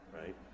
right